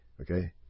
Okay